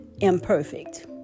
imperfect